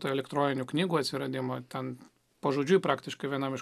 tų elektroninių knygų atsiradimą ten pažodžiui praktiškai vienam iš